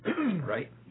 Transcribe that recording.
Right